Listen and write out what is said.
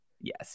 Yes